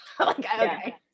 okay